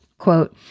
Quote